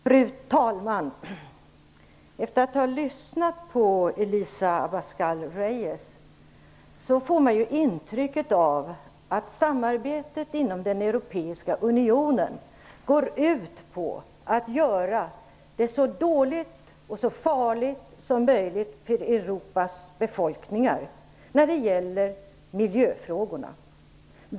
Fru talman! När man lyssnar på Elisa Abascal Reyes får man intrycket att samarbetet inom den europeiska unionen går ut på att göra det så dåligt och så farligt som möjligt för Europas befolkningar när det gäller miljöfrågorna.